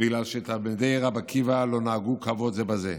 בגלל שתלמידי רבי עקיבא לא נהגו כבוד זה בזה.